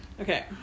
okay